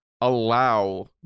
allow